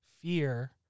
fear